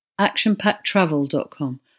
actionpacktravel.com